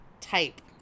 type